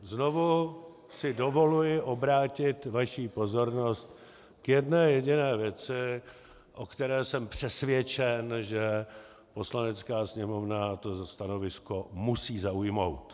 Znovu si dovoluji obrátit vaši pozornost k jedné jediné věci, o které jsem přesvědčen, že Poslanecká sněmovna to stanovisko musí zaujmout.